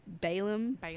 Balaam